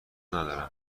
ندارم